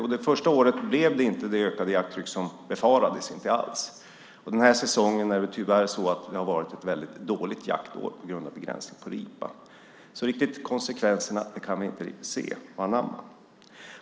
Jo, det första året blev det inte det ökade jakttryck som befarades. Den här säsongen har varit ett dåligt jaktår på grund av begränsad tillgång till ripa. Vi kan inte riktigt se konsekvenserna.